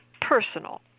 personal